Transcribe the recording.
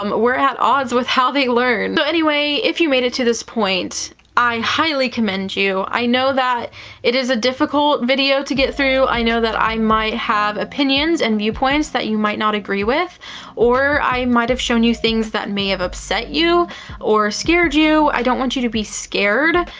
um were at odds with how they learn. so, anyway, if you made it to this point, i highly commend you. i know that it is a difficult video to get through. i know that i might have opinions and viewpoints that you might not agree with or i might have shown you things that may have upset you or scared you. i don't want you to be scared.